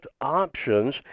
options